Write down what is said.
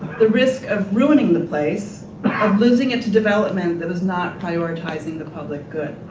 the risk of ruining the place, of losing it to development that was not prioritizing the public good.